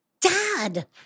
Dad